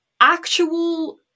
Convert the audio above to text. actual